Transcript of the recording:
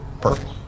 Perfect